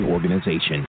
Organization